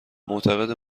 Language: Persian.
معتقده